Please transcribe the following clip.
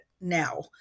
now